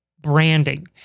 branding